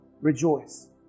Rejoice